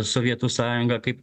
sovietų sąjungą kaip